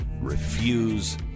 refuse